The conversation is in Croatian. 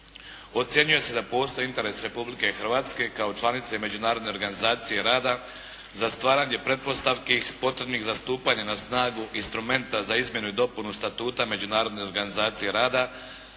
Ocjenjuje se da postoji interes Republike Hrvatske kao članice Međunarodne organizacije rada za stvaranje pretpostavki potrebnih za stupanje na snagu instrumenta za izmjenu i dopunu statuta Međunarodne organizacije rada.